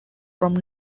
from